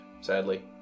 sadly